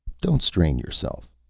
don't strain yourself,